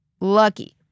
Lucky